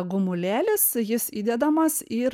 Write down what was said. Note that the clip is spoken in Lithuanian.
gumulėlis jis įdedamas ir